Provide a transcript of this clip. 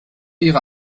ihrer